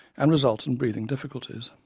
and resultant breathing difficulties.